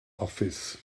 office